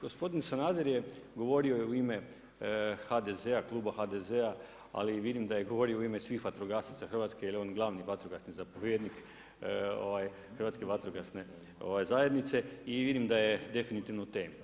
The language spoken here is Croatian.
Gospodin Sanader je govorio u ime HDZ-a, Kluba HDZ-a ali vidim da je govorio u ime svih vatrogasaca Hrvatske jer je on glavni vatrogasni zapovjednik Hrvatske vatrogasne zajednice i vidim da je definitivno u temi.